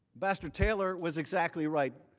besser taylor was exactly right.